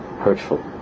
hurtful